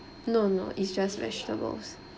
no no it's just vegetables